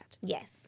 Yes